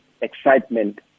excitement